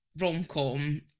rom-com